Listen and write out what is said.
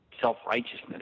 self-righteousness